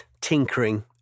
tinkering